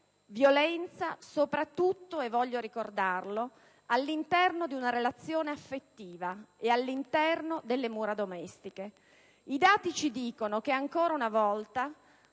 violenza e soprattutto (voglio ricordarlo) all'interno di una relazione affettiva e delle mura domestiche. I dati ci dicono che ancora una volta